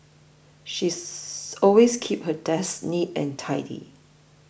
she is always keeps her desk neat and tidy